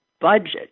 budget